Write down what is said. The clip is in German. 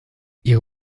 ihre